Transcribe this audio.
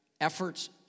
efforts